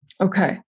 Okay